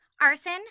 Arson